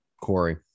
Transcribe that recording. Corey